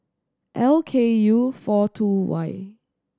L K U four two Y